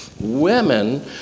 women